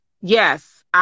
yes